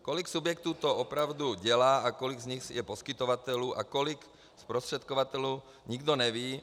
Kolik subjektů to opravdu dělá, a kolik z nich je poskytovatelů a kolik zprostředkovatelů, nikdo neví.